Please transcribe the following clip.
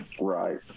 Right